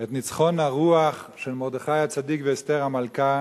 את ניצחון הרוח של מרדכי הצדיק ואסתר המלכה